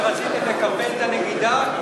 כשרציתם לקפל את הנגידה,